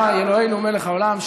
אלוהינו מלך העולם,